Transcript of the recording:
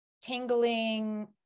tingling